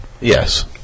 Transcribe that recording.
Yes